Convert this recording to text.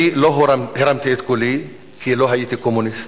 אני לא הרמתי את קולי, כי לא הייתי קומוניסט.